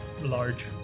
large